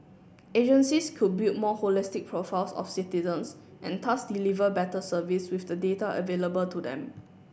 agencies could build more holistic profiles of citizens and thus deliver better service with the data available to them